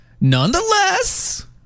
nonetheless